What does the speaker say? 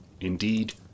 Indeed